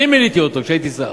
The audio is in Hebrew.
אני מיניתי אותו כשהייתי שר.